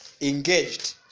engaged